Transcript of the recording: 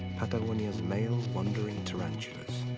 patagonia's male wandering tarantulas are